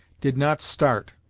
did not start,